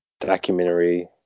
documentary